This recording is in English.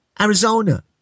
Arizona